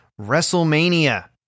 WrestleMania